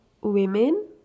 women